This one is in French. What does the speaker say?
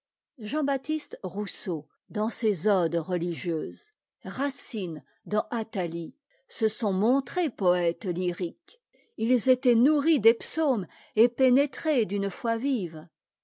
b rousseau dans ses odes religieuses racine dans athalie se sont montrés poëtes lyriques ils étaient nourris des psaumes et pénétrés d'une foi vive